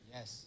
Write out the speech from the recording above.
Yes